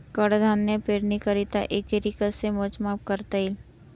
कडधान्य पेरणीकरिता एकरी कसे मोजमाप करता येईल?